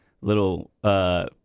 little –